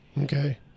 Okay